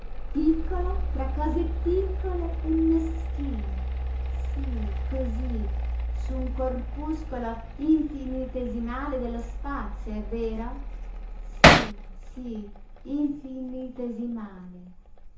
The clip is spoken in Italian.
piccolo tra cose piccole e meschine sí cosí su un corpuscolo infinitesimale dello spazio è vero sí sí infinitesimale ma